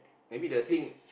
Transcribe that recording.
maybe the thing